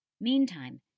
Meantime